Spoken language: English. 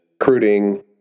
recruiting